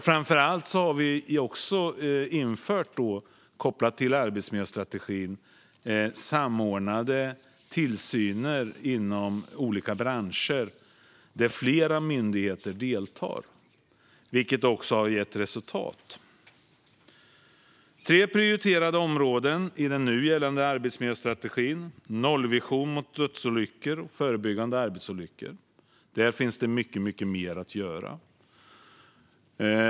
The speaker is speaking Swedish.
Framför allt har vi infört, kopplat till arbetsmiljöstrategin, samordnade tillsyner inom olika branscher, där flera myndigheter deltar, vilket också har gett resultat. Det finns tre prioriterade områden i den nu gällande arbetsmiljöstrategin. Det är en nollvision i fråga om dödsolyckor och förebyggande av arbetsolyckor. Där finns det mycket mer att göra.